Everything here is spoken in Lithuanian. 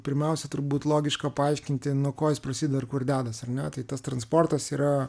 pirmiausia turbūt logiška paaiškinti nuo ko jis prasideda ir kur dedasi ar ne tai tas transportas yra